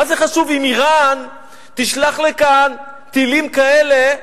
מה חשוב אם אירן תשלח לכאן טילים כאלה,